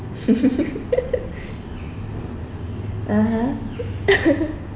(uh huh)